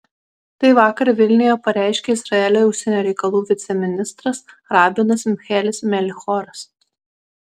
tai vakar vilniuje pareiškė izraelio užsienio reikalų viceministras rabinas michaelis melchioras